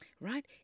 Right